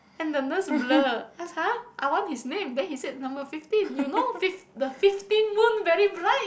and the nurse blur ask !huh! I want his name then he said number fifteen you know fif~ the fifteen moon very bright